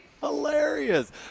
hilarious